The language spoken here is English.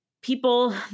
people